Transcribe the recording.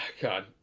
God